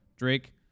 Drake